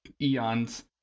eons